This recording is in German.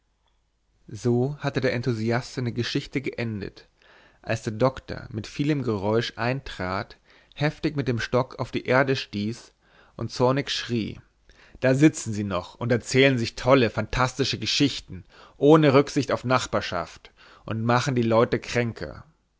so hatte der enthusiast seine geschichte geendet als der doktor mit vielem geräusch eintrat heftig mit dem stock auf die erde stieß und zornig schrie da sitzen sie noch und erzählen sich tolle fantastische geschichten ohne rücksicht auf nachbarschaft und machen die leute kränker